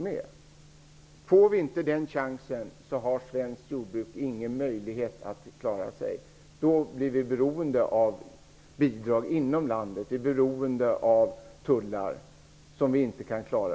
Om vi inte får den chansen har svenskt jordbruk ingen möjlighet att klara sig. Då blir vi beroende av bidrag inom landet. Vi blir beroende av tullar som vi inte kan klara.